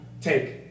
take